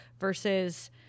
versus